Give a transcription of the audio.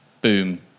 boom